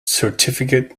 certificate